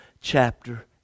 chapter